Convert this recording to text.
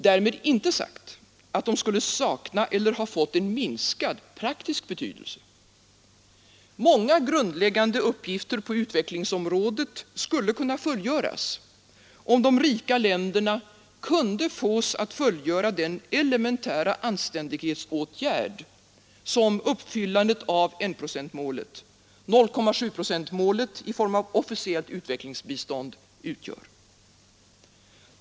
Därmed är inte sagt att de skulle sakna eller ha fått en minskad praktisk betydelse. Många grundläggande uppgifter på utvecklingsområdet skulle kunna genomföras, om de rika länderna kunde fås att fullgöra den elementära anständighetsåtgärd som uppfyllandet av enprocentsmålet — 0,7-procentsmålet i form av officellt utvecklingsbistånd — utgör.